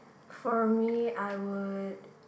for me I would